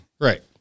Right